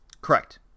Correct